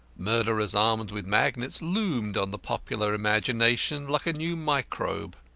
murderers armed with magnets loomed on the popular imagination like a new microbe.